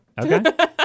okay